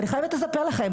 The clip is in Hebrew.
אני חייבת לספר לכם,